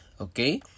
okay